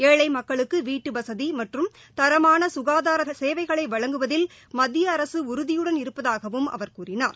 ஏழை மக்குளுக்கு வீட்டு வசதி மற்றும் தரமான சுகாதார சேவைகளை வழங்குவதில் மத்திய அரசு உறுதியுடன் இருப்பதாவும் அவர் கூறினார்